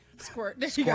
Squirt